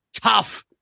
tough